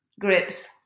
Grips